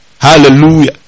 Hallelujah